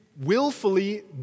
willfully